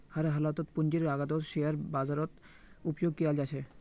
हर हालतत पूंजीर लागतक शेयर बाजारत उपयोग कियाल जा छे